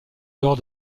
dehors